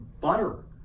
butter